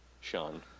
Sean